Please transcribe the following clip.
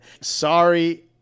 Sorry